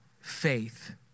faith